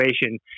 situation